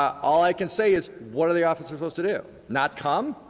all i can say is what are the officers supposed to do? not come?